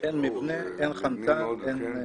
אין מבנה, אין חמצן.